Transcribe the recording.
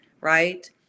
right